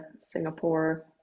Singapore